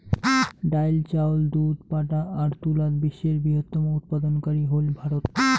ডাইল, চাউল, দুধ, পাটা আর তুলাত বিশ্বের বৃহত্তম উৎপাদনকারী হইল ভারত